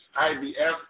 IVF